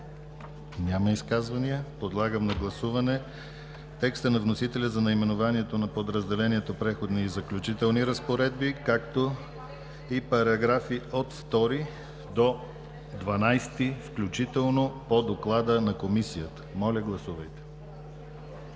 Няма изказвания. Подлагам на гласуване текста на вносителя за наименованието на подразделението „Преходни и заключителни разпоредби“, както и параграфи от 2 до 12 включително по доклада на Комисията. Гласували